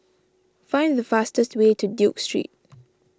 find the fastest way to Duke Street